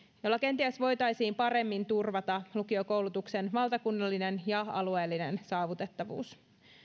jolla kenties voitaisiin paremmin turvata lukiokoulutuksen valtakunnallinen ja alueellinen saavutettavuus